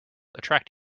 attract